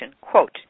Quote